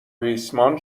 ریسمان